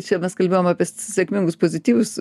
čia mes kalbėjom apie sėkmingus pozityvius